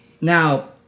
Now